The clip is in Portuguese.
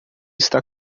está